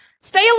Stay